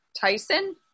Tyson